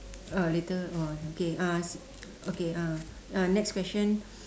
uh later !wah! okay uh okay uh uh next question